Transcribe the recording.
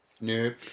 Nope